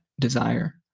desire